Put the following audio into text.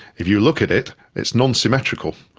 if you look at it, it's non-symmetrical,